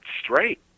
straight